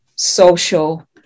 social